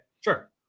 Sure